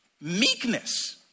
Meekness